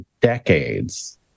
decades